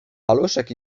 paluszek